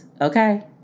Okay